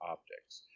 Optics